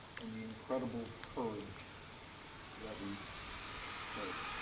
and the incredible courage that he showed.